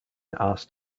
asked